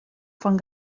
von